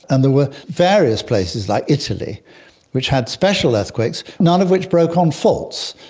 and there were various places like italy which had special earthquakes, none of which broke on faults,